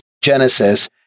Genesis